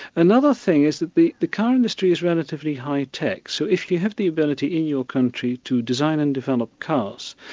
another thing is that the the car industry's relatively high tech, so if you have the ability in your country to design and develop cars,